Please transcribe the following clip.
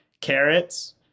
carrots